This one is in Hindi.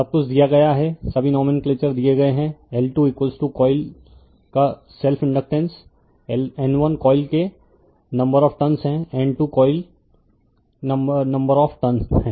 सब कुछ दिया गया है सभी नोमेंक्लेचरर दिये गये है L2 कॉइल का सेल्फ इंडकटेन्स N 1 कॉइल 1 के नंबर ऑफ़ टर्न है N 2 coil number of turn है